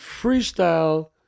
freestyle